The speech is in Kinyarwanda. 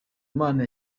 imana